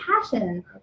passion